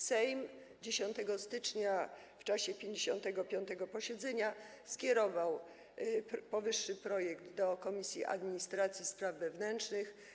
Sejm 10 stycznia w czasie 55. posiedzenia skierował powyższy projekt do Komisji Administracji i Spraw Wewnętrznych.